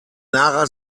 lara